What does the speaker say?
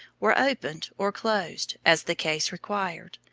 were opened or closed, as the case required,